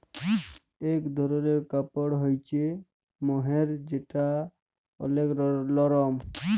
ইক ধরলের কাপড় হ্য়চে মহের যেটা ওলেক লরম